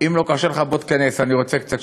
אם לא קשה לך, בוא תיכנס, אני רוצה שנדבר.